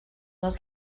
dels